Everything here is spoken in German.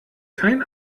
kein